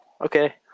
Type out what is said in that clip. Okay